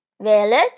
Village